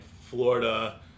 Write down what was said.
Florida